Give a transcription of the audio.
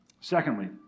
Secondly